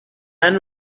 and